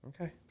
Okay